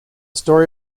story